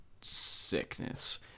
Sickness